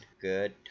good